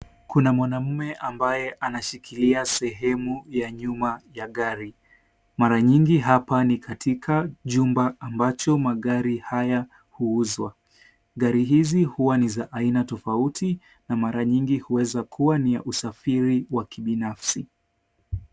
Kuna mwanaume ambaye anashikilia sehemu ya nyuma ya gari. Mara nyingi hapa ni katika jumba ambcho magari haya huuzwa. Gari hizi huwa ni za aina tofauti na mara nyingi huweza kuwa ni za usafiri wa kibinafsi.